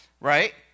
right